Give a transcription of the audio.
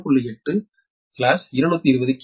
8 220 K